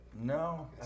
No